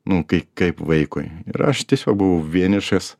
nu kaip kaip vaikui ir aš tiesiog buvau vienišas